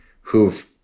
who've